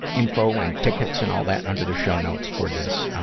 info and tickets and all that under the show notes for this.